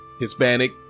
hispanic